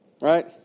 right